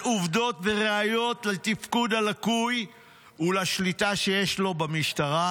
עובדות וראיות לתפקוד הלקוי ולשליטה שיש לו במשטרה,